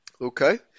Okay